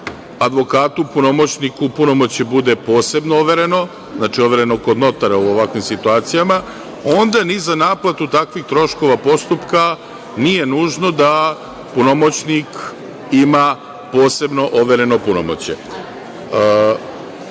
advokatu, punomoćniku punomoćje bude posebno overeno, znači overeno kod notara u ovakvim situacijama, onda ni za naplatu takvih troškova postupka nije nužno da punomoćnik ima posebno overeno punomoćje. Upravo